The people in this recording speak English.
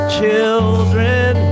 children